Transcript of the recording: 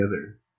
together